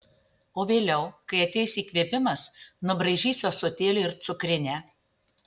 o vėliau kai ateis įkvėpimas nubraižysiu ąsotėlį ir cukrinę